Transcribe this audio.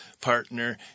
partner